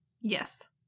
Yes